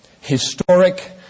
historic